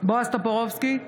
בועז טופורובסקי,